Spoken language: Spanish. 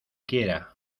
quiera